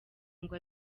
ngo